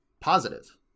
positive